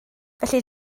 felly